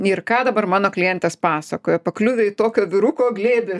ir ką dabar mano klientės pasakoja pakliuvę į tokio vyruko glėbį